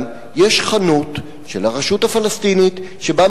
זאת ביצה שמטילה ביצי זהב.